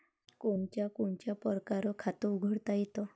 कोनच्या कोनच्या परकारं खात उघडता येते?